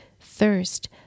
thirst